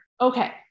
Okay